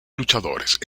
luchadores